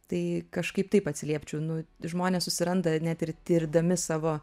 tai kažkaip taip atsiliepčiau nu žmonės susiranda net ir tirdami savo